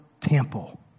temple